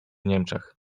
niemczech